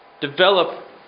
Develop